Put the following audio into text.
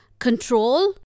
control